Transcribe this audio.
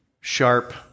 sharp